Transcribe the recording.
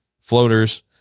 floaters